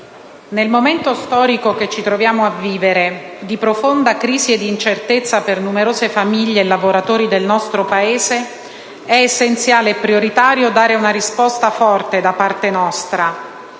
nel momento storico che ci troviamo a vivere, di profonda crisi e incertezza per numerose famiglie e lavoratori del nostro Paese, è essenziale e prioritario dare una risposta forte da parte nostra